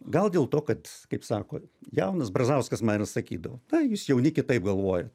gal dėl to kad kaip sako jaunas brazauskas man ir sakydavo na jūs jauni kitaip galvojat